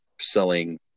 selling